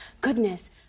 goodness